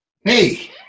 hey